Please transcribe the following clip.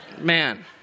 Man